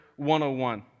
101